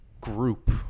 group